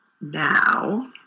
now